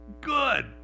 good